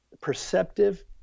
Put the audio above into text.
perceptive